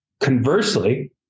Conversely